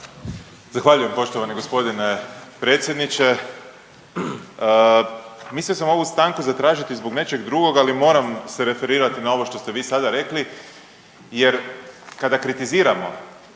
Zahvaljujem poštovani gospodine predsjedniče. Mislio sam ovu stanku zatražiti zbog nečeg drugog, ali moram se referirati na ovo što ste vi sada rekli jer kada kritiziramo